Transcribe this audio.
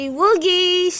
Woogie